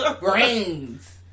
brains